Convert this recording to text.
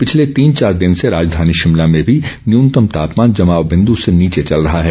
पिछले तीन चार दिन से राजधानी शिमला में भी न्यूनतम तापमान जमाव बिंदू से नीचे चल रहा है